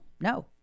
No